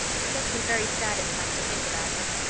it makes me very sad at times to think about her.